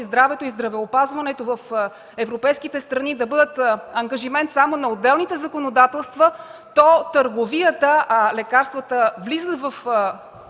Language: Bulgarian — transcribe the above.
здравето и здравеопазването в европейските страни да бъдат ангажимент само на отделните законодателства, то лекарствата влизат в